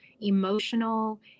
emotional